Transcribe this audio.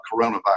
coronavirus